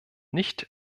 nicht